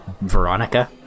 Veronica